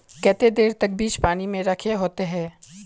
केते देर तक बीज पानी में रखे होते हैं?